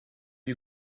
you